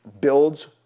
builds